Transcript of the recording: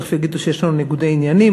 ותכף יגידו שיש לנו ניגודי עניינים,